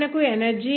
energy అది 12